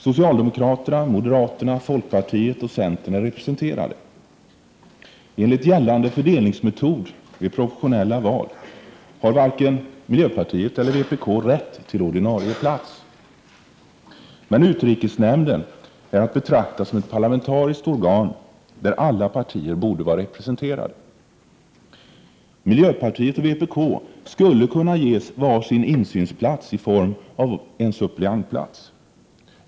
Socialdemokraterna, moderaterna, folkpartiet och centern är representerade. Enligt gällande fördelningsmetod vid proportionella val har varken miljöpartiet eller vpk rätt till ordinarie plats. Men utrikesnämnden är att betrakta som ett parlamentariskt organ, där alla partier borde vara representerade. Miljöpartiet och vpk skulle kunna ges var sin insynsplats i form av en suppleantplats.